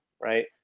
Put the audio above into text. right